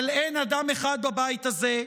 אבל אין אדם אחד בבית הזה,